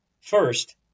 First